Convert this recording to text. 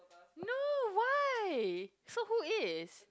no why so who is